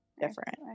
different